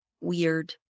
weird